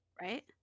Right